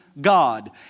God